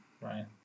right